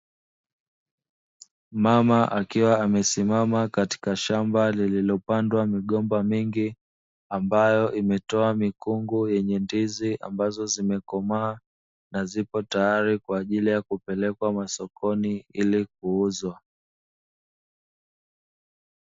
Mama akiwa amesimama katika shamba lililopandwa migomba mengi; ambayo imetoa mkungu yenye ndizi ambazo zimekomaa, na zipo tayari kwa ajili ya kupelekwa masokoni ili kuuzwa.